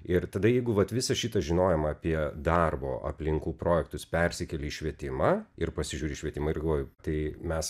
ir tada jeigu vat visą šitą žinojimą apie darbo aplinkų projektus persikelia į švietimą ir pasižiūri į švietimą ir galvoji tai mes